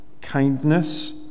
kindness